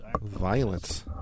Violence